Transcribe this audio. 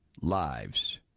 lives